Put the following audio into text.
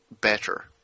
better